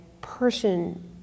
person